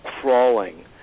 crawling